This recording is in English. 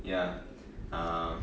ya um